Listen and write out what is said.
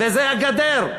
וזה הגדר.